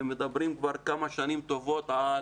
ומדברים כבר כמה שנים טובות על